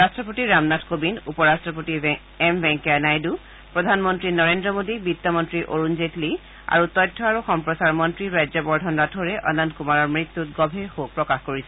ৰট্টপতি ৰামনাথ কোবিন্দ উপ ৰাষ্ট্ৰপতি ভেংকায়া নাইডু প্ৰধানমন্ত্ৰী নৰেন্দ্ৰ মোডী বিত্তমন্ত্ৰী অৰুণ জেটলী আৰু তথ্য সম্প্ৰচাৰ মন্ত্ৰী ৰাজ্যবৰ্ধন ৰাথোৰে অনন্ত কুমাৰৰ মৃত্যুত গভীৰ শোক প্ৰকাশ কৰিছে